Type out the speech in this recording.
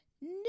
No